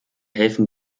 helfen